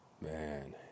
Man